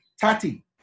Tati